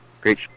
Great